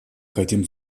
хотим